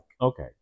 Okay